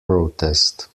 protest